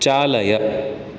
चालय